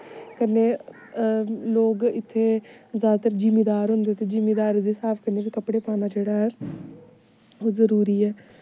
कन्नै लोग इत्थे जैदातर जिमीदार होंदे ते जिमीदारी दे हिसाब कन्नै गै कपड़े पाना जेह्ड़ा ऐ ओह् जरूरी ऐ